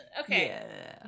Okay